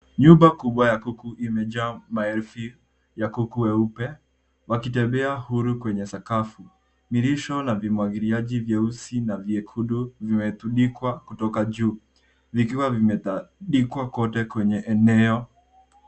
Nyumba kubwa ya kuku imejaa maelfu ya kuku weupe, wakitembea uhuru kwenye sakafu. Milisho na vimwagiliaji vyeusi na vyekundu vimetundikwa kutoka juu vikiwa vimetandikwa kote kwenye eneo.